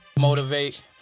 motivate